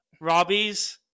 Robbie's